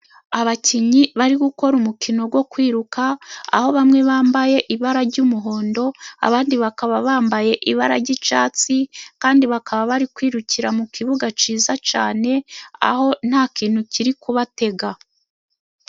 Abakinnyi bari gukora umukino wo kwiruka, aho bamwe bambaye ibara ry'umuhondo, abandi bakaba bambaye ibara ry'icyatsi, kandi bakaba bari kwirukira mu kibuga cyiza cyane, aho nta kintu kiri kubatega.